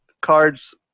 cards